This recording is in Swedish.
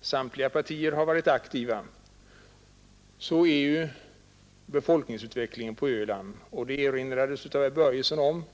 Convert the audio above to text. Samtliga partier har varit aktiva, och bakom de olika åtgärderna ligger oron för befolkningsutvecklingen på Öland. Herr Börjesson i Glömminge